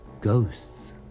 ghosts